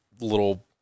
little